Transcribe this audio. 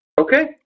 Okay